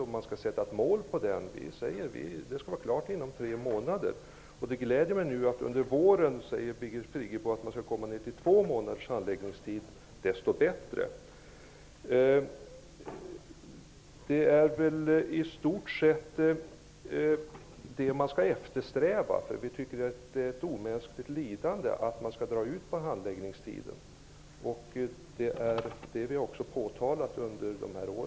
Det går att sätta mål, t.ex. tre månader. Det gläder mig nu att Birgit Friggebo säger att det är meningen att handläggningstiden skall sänkas till två månader under våren -- desto bättre! Detta är något som man skall eftersträva. Vi tycker att det blir fråga om ett omänskligt lidande när handläggningstiderna drar ut på tiden. Det har vi påtalat under dessa år.